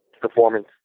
performance